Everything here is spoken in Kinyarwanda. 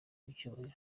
w’icyubahiro